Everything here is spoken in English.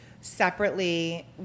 separately